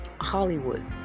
Hollywood